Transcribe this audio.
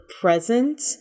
present